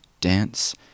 dance